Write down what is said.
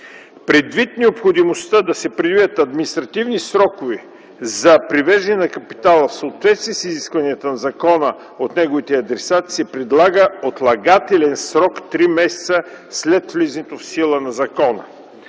Предвид необходимостта да се предвидят административни срокове за привеждане на капитала в съответствие с изискването на закона от неговите адресати, се предлага отлагателен срок три месеца след влизането в сила на закона.